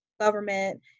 government